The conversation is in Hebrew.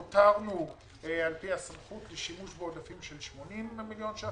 הותרנו על פי הסמכות שימוש בעודפים של 80 מיליון ₪.